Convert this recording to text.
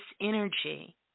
energy